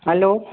hello